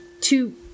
two